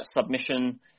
submission